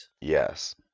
Yes